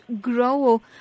grow